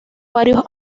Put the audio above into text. varios